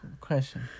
question